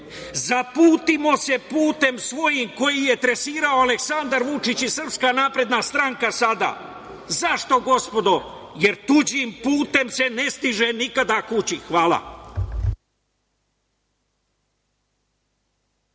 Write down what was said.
Zaputimo se putem svojim, koji je trasirao Aleksandar Vučić i SNS sada. Zašto, gospodo? Jer tuđim putem se ne stiže nikada kući. Hvala.